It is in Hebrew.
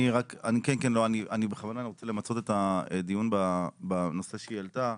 אני רוצה למצות את הדיון בנושא שהועלה.